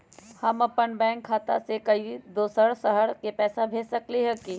हम अपन बैंक खाता से कोई दोसर शहर में पैसा भेज सकली ह की न?